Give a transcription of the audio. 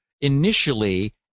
initially